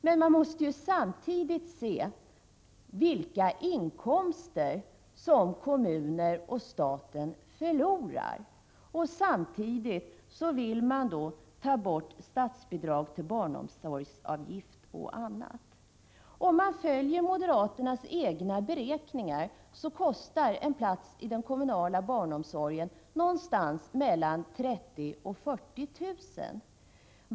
Men vi måste samtidigt se efter vilka inkomster som kommunerna och staten förlorar. Moderaterna vill ju dessutom ta bort statsbidraget till barnomsorgsavgift. Om man följer moderaternas egna beräkningar, visar det sig att en plats i den kommunala barnomsorgen kostar någonstans mellan 30 000 och 40 000 kr.